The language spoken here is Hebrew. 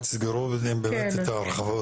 רק תסגרו את ההרחבות,